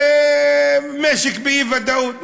משק באי-ודאות.